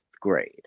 grade